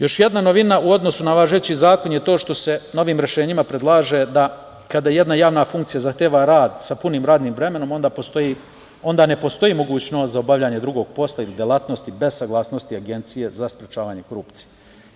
Još jedna novina u odnosu na važeći zakon je to što se novim rešenjima predlaže da kada jedna javna funkcija zahteva rad sa punim radnim vremenom onda ne postoji mogućnost za obavljanje drugog posla ili delatnosti bez saglasnosti Agencije za sprečavanje korupcije.